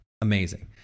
amazing